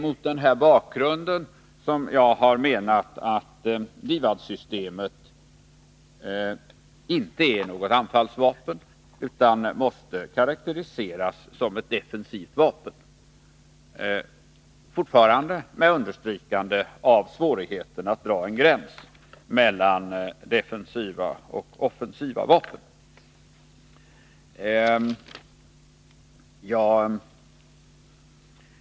Mot denna bakgrund menar jag att DIVAD-systemet inte är något anfallsvapen utan måste karakteriseras som ett defensivt vapen, fortfarande med understrykande av svårigheterna att dra en gräns mellan defensiva och offensiva vapen.